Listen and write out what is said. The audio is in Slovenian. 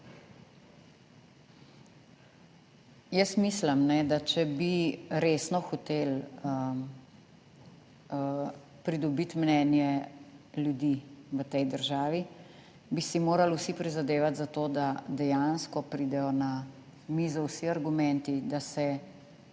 Jaz mislim, da če bi resno hoteli pridobiti mnenje ljudi v tej državi bi si morali vsi prizadevati za to, da dejansko pridejo na mizo vsi argumenti, da se